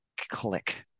click